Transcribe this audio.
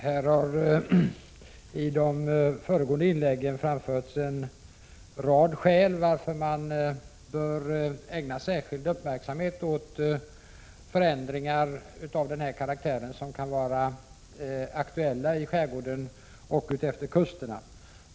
Herr talman! I de föregående inläggen har det framförts en rad skäl till att man bör ägna särskild uppmärksamhet åt förändringar av denna karaktär som kan vara aktuella i skärgården och utefter kusterna.